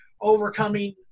overcoming